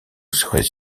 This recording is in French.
seraient